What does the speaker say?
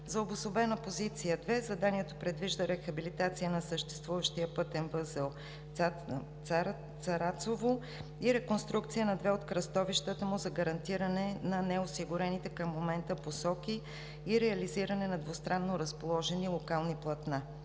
За Обособена позиция № 2 – заданието предвижда рехабилитация на съществуващия пътен възел „Царацово“ и реконструкция на две от кръстовищата му за гарантиране на неосигурените към момента посоки и реализиране на двустранно разположени локални платна.